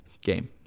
Game